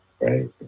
right